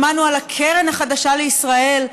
שמענו על הקרן החדשה לישראל,